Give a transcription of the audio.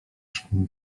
szkoły